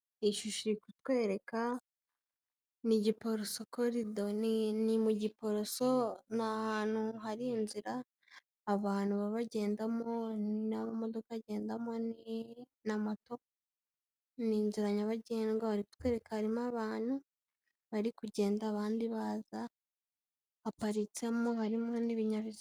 Ishusho iri kutwereka, ni igiporoso koridori ni mu giporoso, ni ahantu hari inzira abantu baba bagendamo n'amodoka agendamo, na moto. Ni izira nyabagendwa, bari kutwereka harimo abantu bari kugenda, abandi baza. Haparitsemo harimo n'ibinyabiziga.